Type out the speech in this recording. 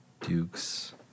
Dukes